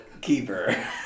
keeper